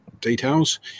details